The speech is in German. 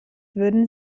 würden